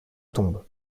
tombe